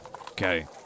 Okay